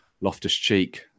Loftus-Cheek